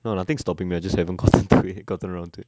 no nothing's stopping me I just haven't gotten to it gotten around to it